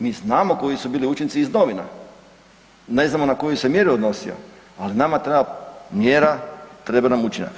Mi znamo koji su bili učinci iz novina, ne znamo na koju se mjeru odnosio ali nama treba mjera, treba nam učinak.